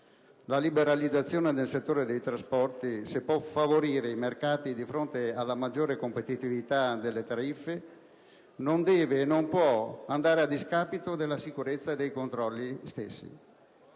La liberalizzazione nel settore dei trasporti, se può favorire i mercati di fronte alla maggiore competitività delle tariffe, non deve e non può andare a discapito della sicurezza e dei controlli stessi.